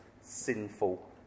sinful